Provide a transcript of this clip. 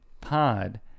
pod